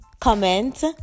comment